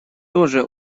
тоже